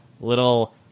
little